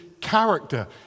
character